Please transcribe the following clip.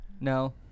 No